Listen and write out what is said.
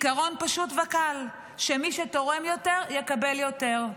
עיקרון פשוט וקל, שמי שתורם יותר, יקבל יותר.